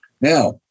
Now